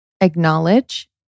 acknowledge